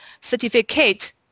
certificate